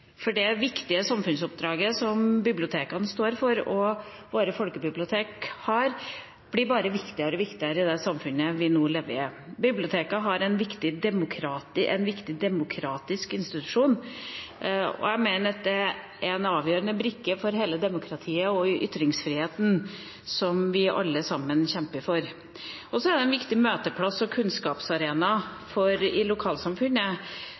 bibliotekene står for, og som våre folkebibliotek har, blir bare viktigere og viktigere i det samfunnet vi lever i. Biblioteket er en viktig demokratisk institusjon, og jeg mener det er en avgjørende brikke for hele demokratiet og ytringsfriheten, som vi alle sammen kjemper for. Det er også en viktig møteplass og kunnskapsarena i lokalsamfunnet.